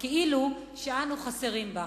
כאילו שאנו חסרים בה.